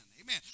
Amen